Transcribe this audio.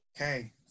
Okay